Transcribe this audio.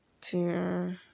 two